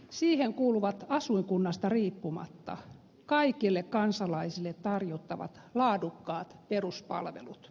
siihen kuuluvat asuinkunnasta riippumatta kaikille kansalaisille tarjottavat laadukkaat peruspalvelut